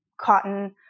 cotton